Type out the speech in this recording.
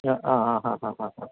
ആ ആ ആഹ്